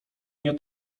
nie